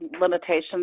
limitations